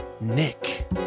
Nick